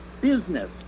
business